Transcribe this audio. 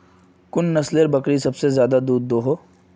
कुन नसलेर बकरी सबसे ज्यादा दूध दो हो?